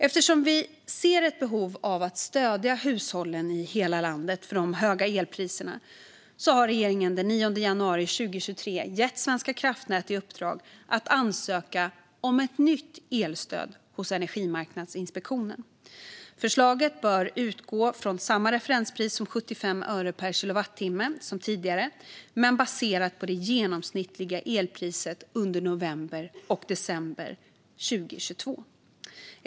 Eftersom vi ser ett behov av att stödja hushållen i hela landet för de höga elpriserna gav regeringen den 9 januari 2023 Svenska kraftnät i uppdrag att ansöka om ett nytt elstöd hos Energimarknadsinspektionen. Förslaget bör utgå från samma referenspris på 75 öre per kilowattimme som tidigare, men baserat på det genomsnittliga elpriset under november och december månad 2022.